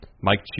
Mike